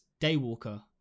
Daywalker